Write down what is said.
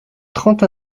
trente